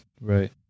Right